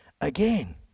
again